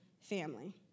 family